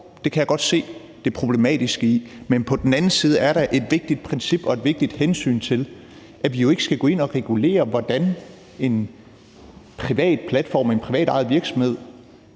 det kan jeg godt se det problematiske i. Men på den anden side er der et vigtigt princip i og et vigtigt hensyn til, at vi jo ikke skal gå ind og regulere, hvad en privat platform, en privatejet virksomhed